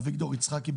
אביגדור יצחקי,